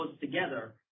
together